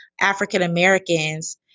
African-Americans